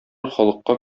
халыкка